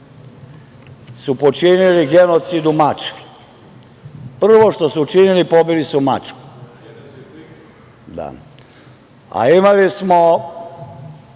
su počinili genocid u Mačvi. Prvo što su učinili pobili su Mačvu. Imali smo